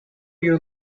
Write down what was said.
you